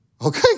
Okay